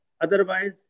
Otherwise